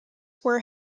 were